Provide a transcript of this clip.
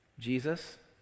Jesus